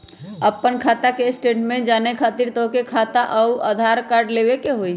आपन खाता के स्टेटमेंट जाने खातिर तोहके खाता अऊर आधार कार्ड लबे के होइ?